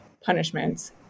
punishments